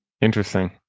Interesting